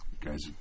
guys